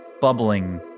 bubbling